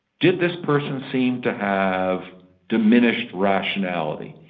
did this person seem to have diminished rationality?